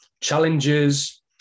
challenges